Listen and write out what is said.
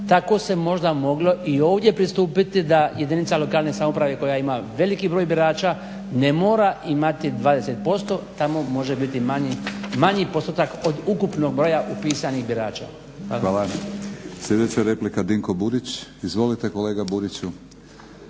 tako se možda moglo i ovdje pristupiti da jedinica lokalne samouprave koja ima veliki broj birača ne mora imati 20%. Tamo može biti manji, manji postotak od ukupnog broja upisanih birača. **Batinić, Milorad (HNS)** Sljedeća replika Dinko Burić. Izvolite kolega Buriću.